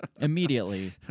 immediately